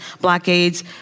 blockades